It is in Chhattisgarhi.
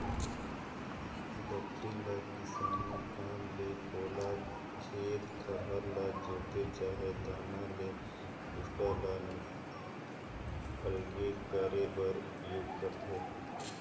दँतरी ल किसानी काम मे पोला खेत खाएर ल जोते चहे दाना ले कुसटा ल अलगे करे बर उपियोग करथे